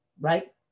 Right